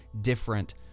different